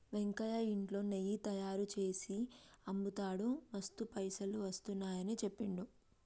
వెంకయ్య ఇంట్లో నెయ్యి తయారుచేసి అమ్ముతాడు మస్తు పైసలు వస్తున్నాయని చెప్పిండు